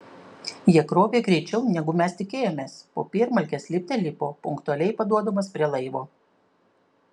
jie krovė greičiau negu mes tikėjomės popiermalkės lipte lipo punktualiai paduodamos prie laivo